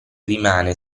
rimane